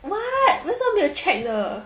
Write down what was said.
what 做么没有 check 的